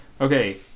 Okay